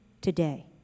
today